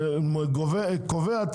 שהוא הקובע את